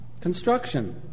Construction